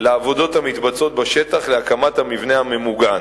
לעבודות המתבצעות בשטח להקמת המבנה הממוגן.